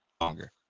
longer